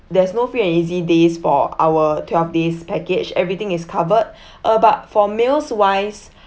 there's no free and easy days for our twelve days package everything is covered uh but for meals wise